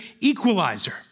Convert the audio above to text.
equalizer